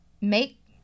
make